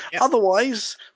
otherwise